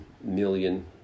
million